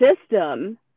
system